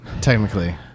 technically